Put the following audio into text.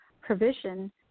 provision